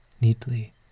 neatly